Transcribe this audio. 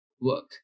work